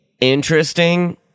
interesting